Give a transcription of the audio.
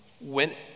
went